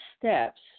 steps